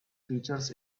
features